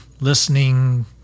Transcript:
listening